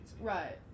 Right